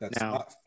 now